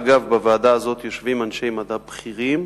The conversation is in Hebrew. אגב, בוועדה הזאת יושבים אנשי מדע בכירים,